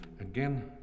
Again